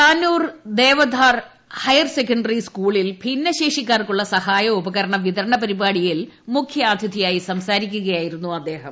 Tanur Devadhar higher secondary സ്കൂളിൽ ഭിന്നശേഷിക്കാർക്കുള്ള സഹായ ഉപകരണ വിതരണ പരിപാടിയിൽ മുഖ്യാതിഥിയായി സംസാരിക്കുകയായിരുന്നു അദ്ദേഹം